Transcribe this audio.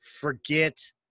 forget